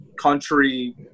country